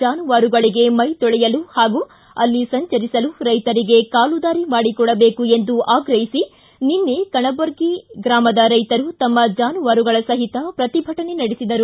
ಜಾನುವಾರುಗಳಿಗೆ ಮೈತೊಳೆಯಲು ಹಾಗೂ ಅಲ್ಲಿ ಸಂಚರಿಸಲು ರೈತರಿಗೆ ಕಾಲುದಾರಿ ಮಾಡಿಕೊಡಬೇಕು ಎಂದು ಆಗ್ರಹಿಸಿ ನಿನ್ನೆ ಕಣಬರ್ಗಿ ಗ್ರಾಮದ ರೈತರು ತಮ್ಮ ಜಾನುವಾರಗಳ ಸಹಿತ ಪ್ರತಿಭಟನೆ ನಡೆಸಿದರು